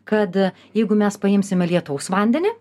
kad jeigu mes paimsime lietaus vandenį